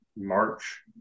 march